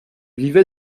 vivait